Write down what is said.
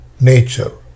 nature